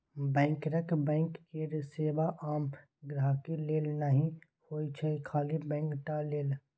बैंकरक बैंक केर सेबा आम गांहिकी लेल नहि होइ छै खाली बैंक टा लेल